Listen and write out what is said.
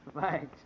Thanks